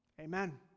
Amen